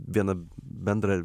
vieną bendrą